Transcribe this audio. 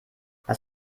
was